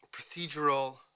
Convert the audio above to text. procedural